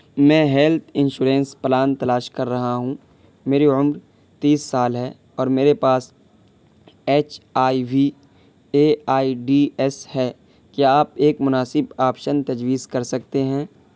میں health insurance plan تلاش کر رہا ہوں میری عمر تیس سال ہے اور میرے پاس H I V A I D S ہے کیا آپ ایک مناسب آپشن تجویز کر سکتے ہیں